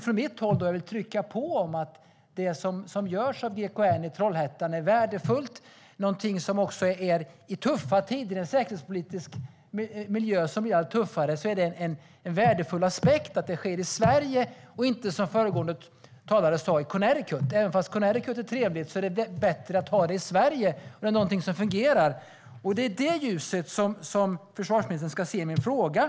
Från mitt håll vill jag trycka på att det som görs av GKN i Trollhättan är värdefullt. I en säkerhetspolitisk miljö som blir allt tuffare är det en värdefull aspekt att det sker i Sverige och inte, som föregående talare sa, i Connecticut. Även om Connecticut är trevligt är det bättre att ha det i Sverige. Det är någonting som fungerar. Det är i det ljuset som försvarsministern ska se min fråga.